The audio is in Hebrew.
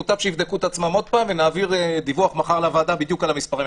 מוטב שיבדקו את עצמם עוד פעם ונעביר דיווח מחר לוועדה בדיוק על המספרים.